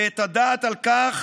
ואת הדעת על כך,